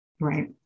Right